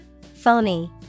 phony